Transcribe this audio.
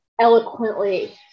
eloquently